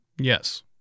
Yes